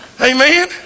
Amen